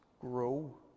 grow